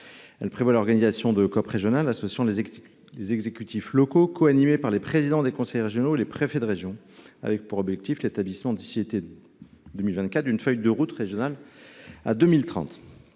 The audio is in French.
prévoit l’organisation de COP régionales associant les exécutifs locaux, coanimées par les présidents des conseils régionaux et les préfets de région, avec pour objectif l’établissement d’ici à l’été 2024 d’une feuille de route régionale pour 2030.